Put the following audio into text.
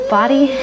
body